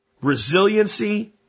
resiliency